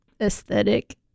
aesthetic